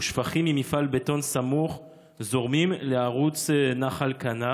ושפכים ממפעל בטון סמוך זורמים לערוץ נחל קנה.